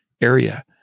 area